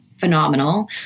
phenomenal